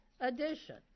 edition